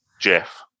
Jeff